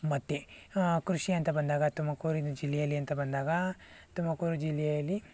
ಮತ್ತು ಕೃಷಿ ಅಂತ ಬಂದಾಗ ತುಮಕೂರು ಜಿಲ್ಲೆಯಲ್ಲಿ ಅಂತ ಬಂದಾಗ ತುಮಕೂರು ಜಿಲ್ಲೆಯಲ್ಲಿ